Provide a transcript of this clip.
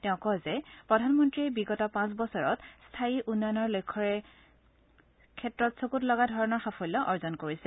তেওঁ কয় যে প্ৰধানমন্তীয়ে বিগত পাঁচ বছৰত স্থায়ী উন্নয়নৰ লক্ষ্যৰ ক্ষেত্ৰত চকুত লগা ধৰণৰ সাফল্য অৰ্জন কৰিছে